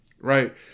Right